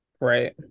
Right